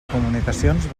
comunicacions